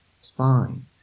spine